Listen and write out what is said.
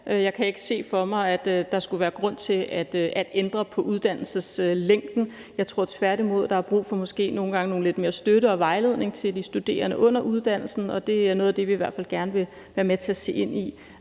Jeg kan ikke se for mig, at der skulle være grund til at ændre på uddannelseslængden. Jeg tror tværtimod, at der måske nogle gange er brug for noget mere støtte og vejledning til de studerende under uddannelsen, og det er noget, vi i hvert fald gerne vil være med til at se på,